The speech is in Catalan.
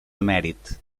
emèrit